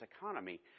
economy